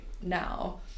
now